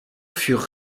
furent